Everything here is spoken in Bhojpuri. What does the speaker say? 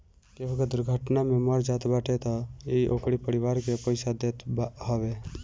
केहू के दुर्घटना में मर जात बाटे तअ इ ओकरी परिवार के पईसा देत हवे